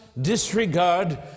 disregard